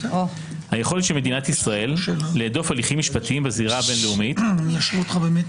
היכולת של מדינת ישראל להדוף הליכים משפטיים בזירה הבין-לאומית מותנית